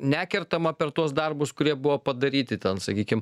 nekertama per tuos darbus kurie buvo padaryti ten sakykim